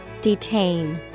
Detain